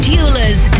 Duelers